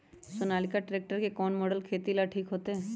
Sonalika tractor के कौन model खेती ला ठीक होतै?